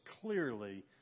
clearly